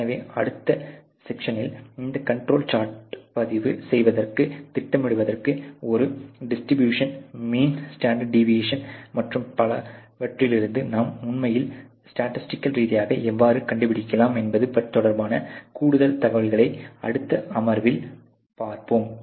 எனவே அடுத்த செஸ்ஸைனில் இந்த கண்ட்ரோல் சார்ட்டை பதிவு செய்வதற்கும் திட்டமிடுவதற்கும் ஒரு டிஸ்ட்ரிபியூஷன் மீன் ஸ்டாண்டர்ட் டேவியஷன் மற்றும் பலவற்றிலிருந்து நாம் உண்மையில் ஸ்டாடிஸ்டிக்கால் ரீதியாக எவ்வாறு கண்டுபிடிக்கலாம் என்பது தொடர்பான கூடுதல் தகவல்களை அடுத்த அமர்வில் பார்ப்போம்